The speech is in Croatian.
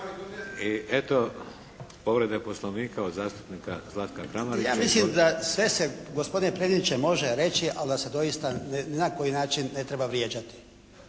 I eto, povreda Poslovnika od zastupnika Zlatka Kramarića. **Kramarić, Zlatko (HSLS)** Ja mislim da sve se gospodine predsjedniče, može reći ali da se doista ni na koji način ne treba vrijeđati.